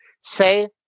say